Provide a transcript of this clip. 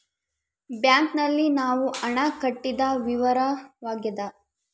bank ನಲ್ಲಿ ನಾವು ಹಣ ಕಟ್ಟಿದ ವಿವರವಾಗ್ಯಾದ